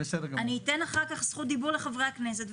ואני אתן אחר כך זכות דיבור לחברי כנסת,